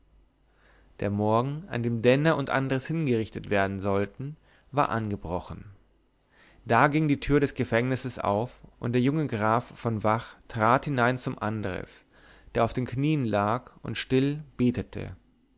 der morgen an dem denner und andres hingerichtet werden sollten war angebrochen da ging die tür des gefängnisses auf und der junge graf von vach trat hinein zum andres der auf den knien lag und still betete